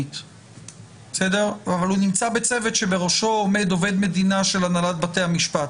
המקומית אבל הוא נמצא בצוות שבראשו עומד עובד מדינה של הנהלת בתי המשפט.